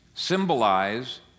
symbolize